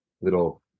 little